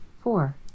Four